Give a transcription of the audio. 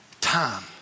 time